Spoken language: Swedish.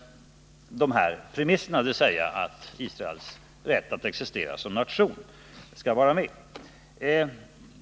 Premisserna måste då vara Israels rätt att existera som nation.